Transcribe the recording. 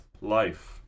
life